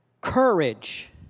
Courage